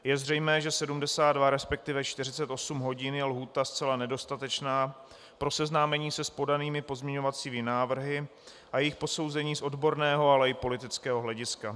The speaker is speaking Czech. Je zřejmé, že 72, resp. 48 hodin je lhůta zcela nedostatečná pro seznámení se s podanými pozměňovacími návrhy a jejich posouzení z odborného, ale i politického hlediska.